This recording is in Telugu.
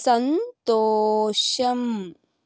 సంతోషం